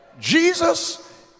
Jesus